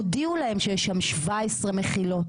הודיעו להם שיש שם 17 מחילות,